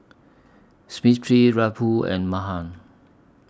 Smriti Rahul and Mahan